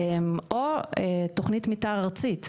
או תוכנית מתאר ארצית,